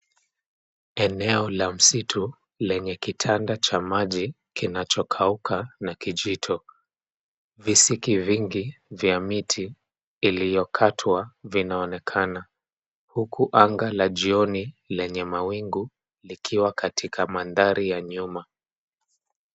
Eneo la msitu lenye kitanda cha maji kinachokauka na kijito. Visiki vingi vya miti iliyokatwa vinaonekana. Huku anga la jioni lenye mawingu likiwa katika mandharai ya nyuma.